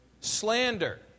Slander